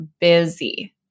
busy